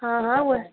हाँ हाँ वह